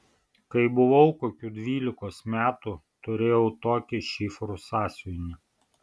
kai buvau kokių dvylikos metų turėjau tokį šifrų sąsiuvinį